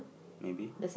maybe